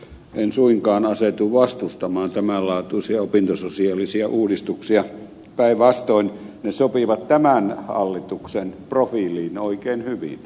en suinkaan asetu vastustamaan tämän laatuisia opintososiaalisia uudistuksia päinvastoin ne sopivat tämän hallituksen profiiliin oikein hyvin